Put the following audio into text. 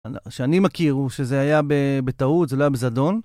שאני מכיר הוא שזה היה בטעות, זה לא היה בזדון